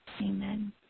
Amen